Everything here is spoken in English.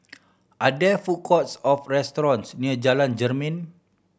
are there food courts or restaurants near Jalan Jermin